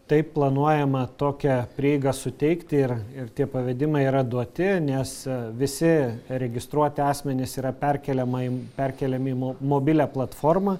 taip planuojama tokią prieigą suteikti ir ir tie pavedimai yra duoti nes visi registruoti asmenys yra perkeliama perkeliami į mobilią platformą